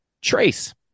Trace